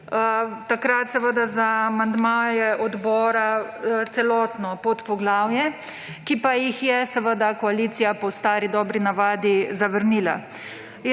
Takrat seveda za amandmaje odbora celotno podpoglavje, ki pa jih je seveda koalicija po stari dobri navadi zavrnila.